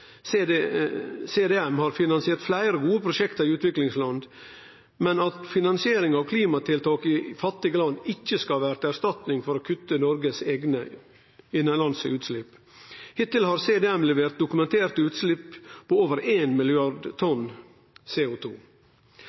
har finansiert fleire gode prosjekt i utviklingsland, men at finansiering av klimatiltak i fattige land ikkje skal vere ei erstatning for å kutte Noregs eigne innanlandske utslepp. Hittil har CDM levert dokumenterte utsleppskutt på over 1 milliard tonn